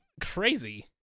crazy